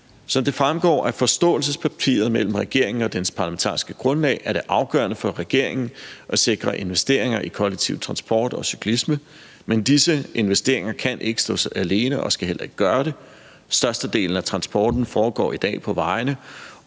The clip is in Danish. Som det fremgår af forståelsespapiret mellem regeringen og dens parlamentariske grundlag, er det afgørende for regeringen at sikre investeringer i kollektiv transport og cyklisme, men disse investeringer kan ikke stå alene og skal heller ikke gøre det. Størstedelen af transporten foregår i dag på vejene,